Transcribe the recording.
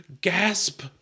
Gasp